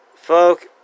Folk